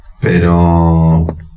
pero